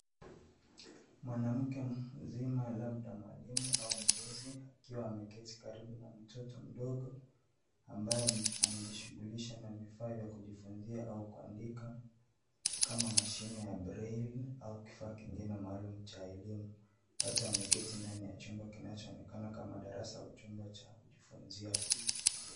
Mwanamke mzima labda mwalimu au mlezi akiwa ameketi karibu na mtoto mdogo ambaye anajishughulisha na vifaa vya kujifunzia au kuandika, kama mashini ya [ca]braille au kifaa kingine maalum cha elimu ,wote wameketi ndani ya chumba kinachoonekana kama darasa la chumba cha kujifunzia.